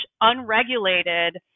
unregulated